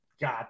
God